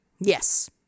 Yes